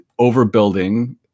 overbuilding